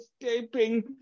escaping